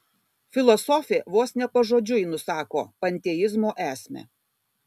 filosofė vos ne pažodžiui nusako panteizmo esmę